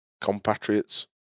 compatriots